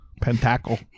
Pentacle